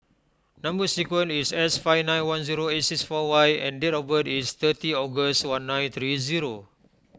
Number Sequence is S five nine one zero eight six four Y and date of birth is thirty August one nine three zero